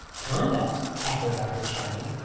conduct? echoed arthur channing.